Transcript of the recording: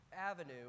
avenue